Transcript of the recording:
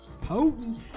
Potent